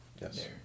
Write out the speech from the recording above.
Yes